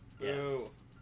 Yes